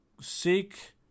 seek